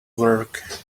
work